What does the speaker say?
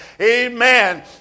Amen